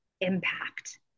impact